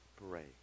break